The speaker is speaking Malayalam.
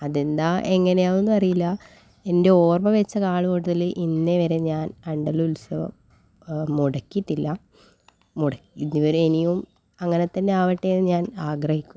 അത് എന്താണ് എങ്ങനെയാണെന്നൊന്നും അറിയില്ല എൻ്റെ ഓർമ്മ വച്ച നാളു മുതൽ ഇന്നേ വരെ ഞാൻ ആണ്ടല്ലൂർ ഉത്സവം മുടക്കിയിട്ടില്ല ഇതുവരെ ഇനിയും അങ്ങനെ തന്നെ ആവട്ടെ എന്നുതന്നെ ആഗ്രഹിക്കുന്നു